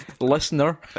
listener